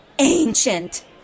Ancient